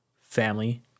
family